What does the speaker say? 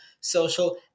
Social